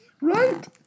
Right